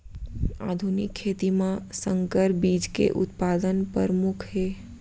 आधुनिक खेती मा संकर बीज के उत्पादन परमुख हे